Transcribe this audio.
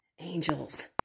angels